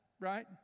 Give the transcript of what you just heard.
right